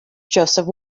joseph